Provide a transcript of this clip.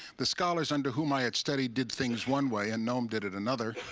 the scholars under whom i had studied did things one way and noam did it another.